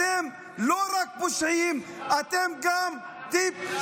אתם לא רק פושעים, אתם גם טיפשים.